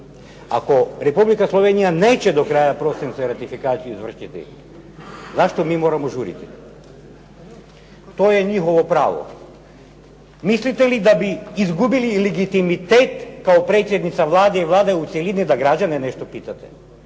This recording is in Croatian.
Ako Republika Slovenija neće do kraja prosinca ratifikaciju izvršiti zašto mi moramo žuriti? To je njihovo pravo. Mislite li da bi izgubili legitimitet kao predsjednica Vlade i Vlada u cjelini da građane nešto pitate?